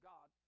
God